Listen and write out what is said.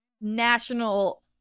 national